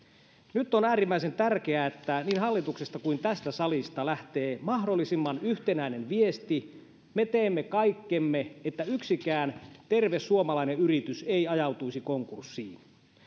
nyt on äärimmäisen tärkeää että niin hallituksesta kuin tästä salista lähtee mahdollisimman yhtenäinen viesti me teemme kaikkemme että yksikään terve suomalainen yritys ei ajautuisi konkurssiin